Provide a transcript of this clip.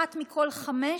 אחת מכל חמש